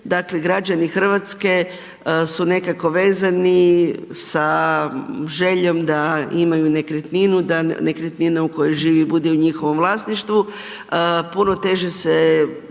dakle, građani Hrvatske su nekako vezani sa željom da imaju nekretninu da nekretninu u kojoj žive bude u njihovom vlasništvu. Puno teže se